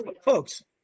folks